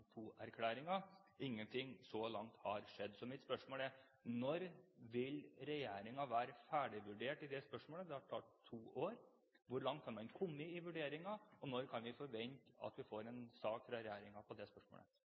har skjedd så langt. Så mitt spørsmål er: Når vil regjeringen være ferdigvurdert i det spørsmålet? Det har tatt to år. Hvor langt har man kommet i vurderingen, og når kan vi forvente at vi får en sak fra regjeringen med tanke på det spørsmålet?